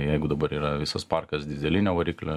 jeigu dabar yra visas parkas dyzelinio variklio